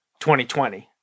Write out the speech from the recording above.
2020